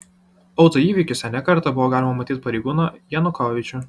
autoįvykiuose ne kartą buvo galima matyti pareigūną janukovyčių